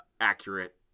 accurate